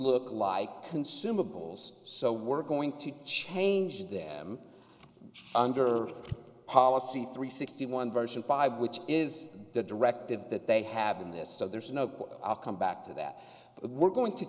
look like consumables so we're going to change them under policy three sixty one version five which is the directive that they have in this so there's no come back to that but we're going to